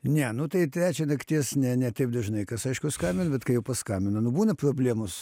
ne nu tai trečią nakties ne ne taip dažnai kas aišku skambina bet kai jau paskambina nu būna problemos